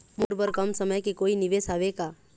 मोर बर कम समय के कोई निवेश हावे का?